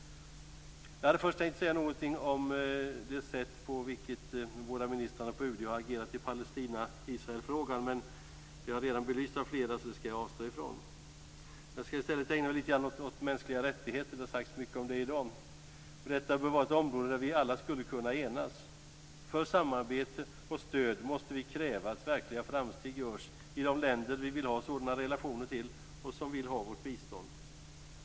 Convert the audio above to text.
Jag hade först tänkt säga någonting om det sätt på vilket de båda ministrarna på UD har agerat i Palestina-Israel-frågan, men det har redan belysts av flera, så jag avstår från det. Jag skall i stället ägna mig litet åt de mänskliga rättigheterna. Det har sagts mycket om det i dag. Detta bör vara ett område där vi alla skulle kunna enas. För samarbete och stöd måste vi kräva att verkliga framsteg görs i de länder som vi vill ha sådana relationer till och som vill ha vårt bistånd.